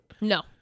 No